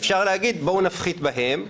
אפשר להגיד: בואו נפחית בהם,